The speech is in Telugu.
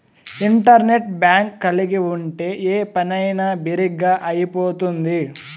ఇంటర్నెట్ బ్యాంక్ కలిగి ఉంటే ఏ పనైనా బిరిగ్గా అయిపోతుంది